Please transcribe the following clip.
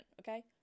okay